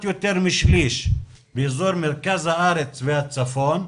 יותר משליש באזור מרכז הארץ והצפון,